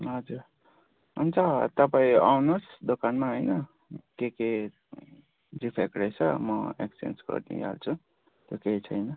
हजुर हुन्छ तपाईँ आउनुहोस् दोकानमा होइन के के डिफेक्ट रहेछ म एक्सचेन्ज गरिदिइहाल्छु त्यो केही छैन